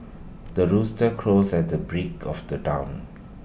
the rooster crows at the break of the dawn